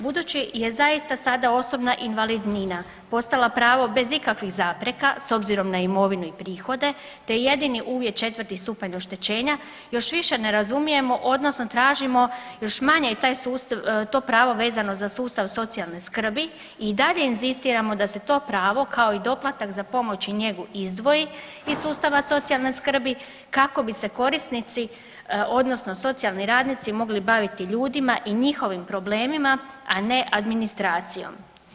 Budući je zaista sada osobna invalidnina postala pravo bez ikakvih zapreka s obzirom na imovinu i prihode te je jedini uvjet 4. stupanj oštećenja još više ne razumijemo odnosno tražimo još manje je to pravo vezano za sustav socijalne skrbi i dalje inzistiramo da se to pravo kao i doplatak za pomoć i njegu izdvoji iz sustava socijalne skrbi kako bi se korisnici odnosno socijalni radnici mogli baviti ljudima i njihovim problemima, a ne administracijom.